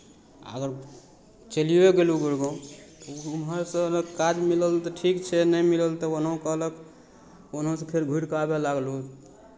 आ अगर चलिओ गेलहुँ गुड़गाँव वहाँसँ अगर काज मिलल तऽ ठीक छै नहि मिलल तऽ ओनाहु कहलक ओनहुसँ फेर घुरि कऽ आबय लागलहुँ